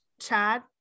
Chad